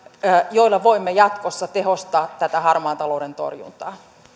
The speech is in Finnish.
joilla voimme jatkossa tehostaa tätä harmaan talouden torjuntaa